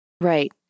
Right